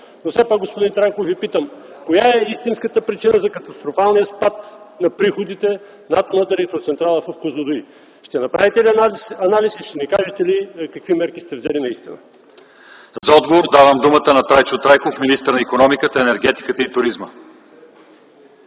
Но все пак, господин Трайков, Ви питам: коя е истинската причина за катастрофалния спад на приходите на Атомната електроцентрала в Козлодуй? Ще направите ли анализ и ще ни кажете ли какви мерки сте взели наистина? ПРЕДСЕДАТЕЛ ЛЪЧЕЗАР ИВАНОВ: За отговор давам думата на Трайчо Трайков – министър на икономиката, енергетиката и туризма.